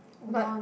but